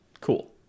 cool